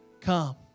come